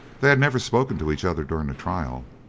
they had never spoken to each other during the trial,